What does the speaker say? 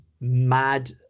mad